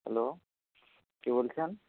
hello কে বলছেন